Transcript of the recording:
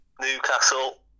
Newcastle